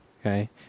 Okay